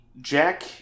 Jack